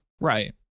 Right